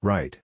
Right